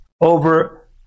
over